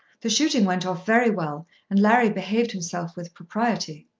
the shooting went off very well and larry behaved himself with propriety.